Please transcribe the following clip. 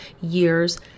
years